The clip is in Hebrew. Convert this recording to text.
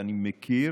ואני מכיר